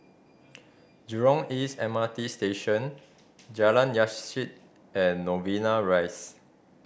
Jurong East M R T Station Jalan Yasin and Novena Rise